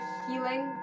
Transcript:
healing